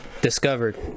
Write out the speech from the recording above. discovered